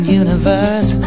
universe